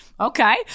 Okay